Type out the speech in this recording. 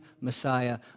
messiah